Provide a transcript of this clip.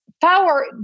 power